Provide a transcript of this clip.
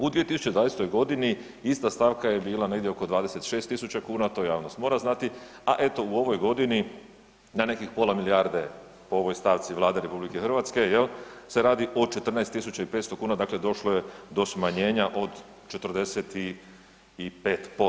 U 2020. godini ista stavka je bila negdje oko 26.000 kuna, to javnost mora znati, a eto u ovoj godini na nekih pola milijarde po ovoj stavci Vlade RH jel se radi o 14.500 kuna dakle došlo je do smanjenja od 45%